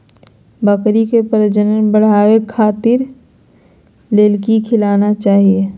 बकरी के वजन बढ़ावे ले की खिलाना चाही?